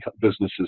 businesses